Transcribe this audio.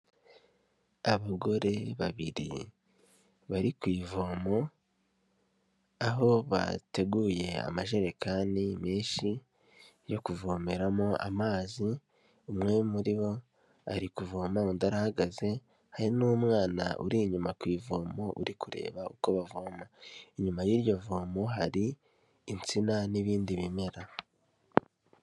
Abagore babiri bari ku ivomo, aho bateguye amajerekani menshi yo kuvomeramo amazi, umwe muri bo ari kuvoma, undi aragaze, hari n'umwana uri inyuma ku ivomo uri kureba uko bavoma. Inyuma y'iryo vomo hari insina n'ibindi bimera.